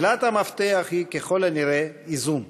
מילת המפתח היא ככל הנראה איזון.